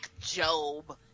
Job